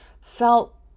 felt